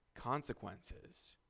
consequences